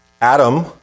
Adam